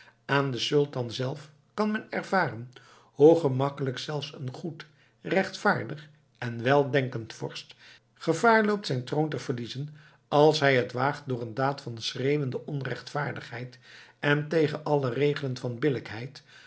aan den sultan zelf kan men ervaren hoe gemakkelijk zelfs een goed rechtvaardig en weldenkend vorst gevaar loopt zijn troon te verliezen als hij het waagt door een daad van schreeuwende onrechtvaardigheid en tegen alle regelen van